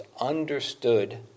understood